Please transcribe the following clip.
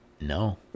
No